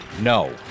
no